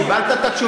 קיבלת את התשובה?